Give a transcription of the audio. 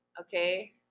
Okay